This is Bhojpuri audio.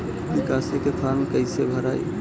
निकासी के फार्म कईसे भराई?